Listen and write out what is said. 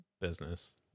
business